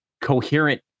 coherent